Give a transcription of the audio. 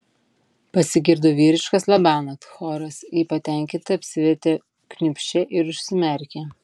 pasigirdo vyriškas labanakt choras ji patenkinta apsivertė kniūbsčia ir užsimerkė